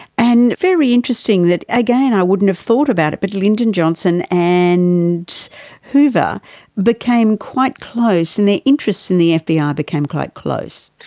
and very interesting that again i wouldn't have thought about it but lyndon johnson and hoover became quite close and their interest in the fbi ah became quite close.